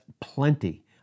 plenty